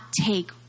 take